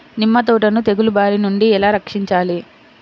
నిమ్మ తోటను తెగులు బారి నుండి ఎలా రక్షించాలి?